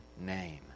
name